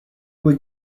were